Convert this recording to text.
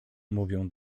mówią